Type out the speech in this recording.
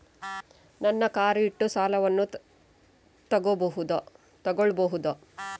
ನನ್ನ ಕಾರ್ ಇಟ್ಟು ಸಾಲವನ್ನು ತಗೋಳ್ಬಹುದಾ?